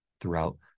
throughout